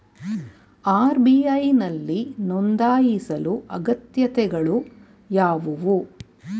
RBI ನಲ್ಲಿ ನೊಂದಾಯಿಸಲು ಅಗತ್ಯತೆಗಳು ಯಾವುವು?